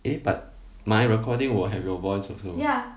eh but my recording will have your voice also